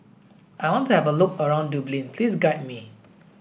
I want to have a look around Dublin Please guide me